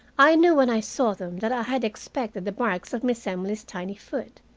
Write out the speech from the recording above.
i knew when i saw them that i had expected the marks of miss emily's tiny foot,